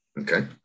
Okay